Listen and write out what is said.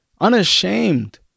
Unashamed